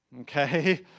Okay